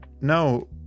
no